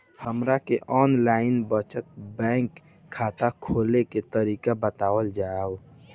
हमरा के online बचत बैंक खाता खोले के तरीका बतावल जाव?